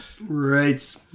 right